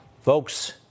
Folks